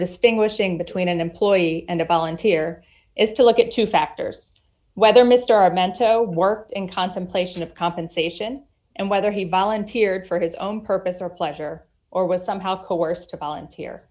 distinguishing between an employee and a volunteer is to look at two factors whether mr are meant to work in contemplation of compensation and whether he volunteered for his own purpose or pleasure or was somehow coerced to volunteer